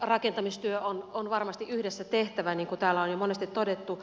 rakentamistyö on varmasti yhdessä tehtävä niin kuin täällä on jo monesti todettu